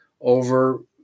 over